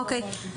אוקי.